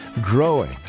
growing